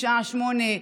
חבר הכנסת אמסלם,